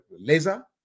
laser